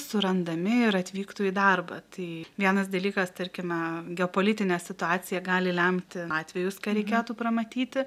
surandami ir atvyktų į darbą tai vienas dalykas tarkime geopolitinė situacija gali lemti atvejus ką reikėtų pramatyti